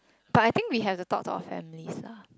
but I think we have to talk to our families lah